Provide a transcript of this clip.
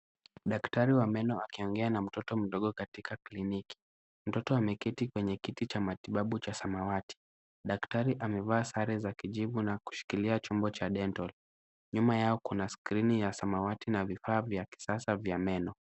Daktari wa meno akiongea na mtoto mdogo katika kliniki. Mtoto ameketi kwenye kiti cha matibabu cha samawati. Daktari amevaa sare za kijivu na kushikilia chombo cha dental . Nyuma yao kuna skrini ya samawati na vifaa vya kisasa vya meno.